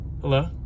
hello